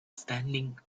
standing